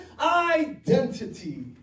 identity